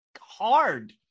hard